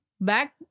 back